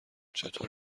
چطور